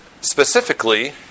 specifically